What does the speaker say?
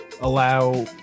allow